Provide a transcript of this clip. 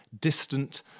distant